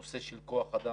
נושא של כוח אדם,